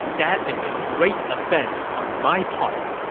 that is a great offense on my part.